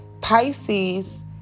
Pisces